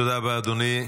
תודה רבה, אדוני.